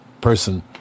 person